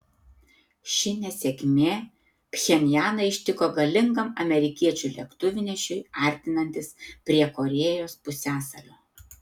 ši nesėkmė pchenjaną ištiko galingam amerikiečių lėktuvnešiui artinantis prie korėjos pusiasalio